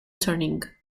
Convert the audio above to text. turning